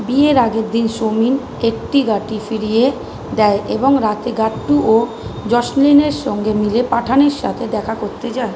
বিয়ের আগের দিন সমীর এট্টিগাটি ফিরিয়ে দেয় এবং রাতে গাট্টু ও জসলীনের সঙ্গে মিলে পাঠানের সাথে দেখা করতে যায়